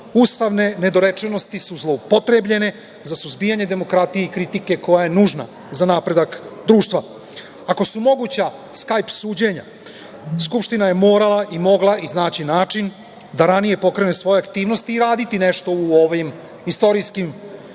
ustavne nedorečenosti zloupotrebljene za suzbijanje demokratije i kritike koja je nužna za napredak društva. Ako su moguća skajp suđenja, Skupština je morala i mogla iznaći način da ranije pokrene svoje aktivnosti i raditi nešto u ovim istorijskim danima,